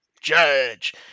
Judge